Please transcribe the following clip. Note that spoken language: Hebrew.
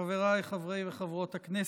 חבריי חברי וחברות הכנסת,